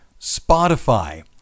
Spotify